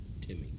Timmy